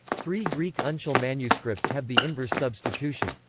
three greek uncial manuscripts have the inverse substitution,